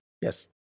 Yes